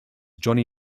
johnny